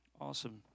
Awesome